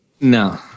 No